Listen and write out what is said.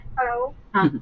Hello